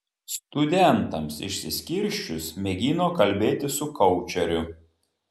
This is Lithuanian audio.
studentams išsiskirsčius mėgino kalbėtis su koučeriu